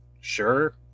sure